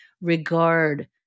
regard